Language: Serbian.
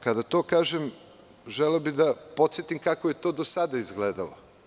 Kada to kažem, želeo bih da podsetim kako je to do sada izgledalo.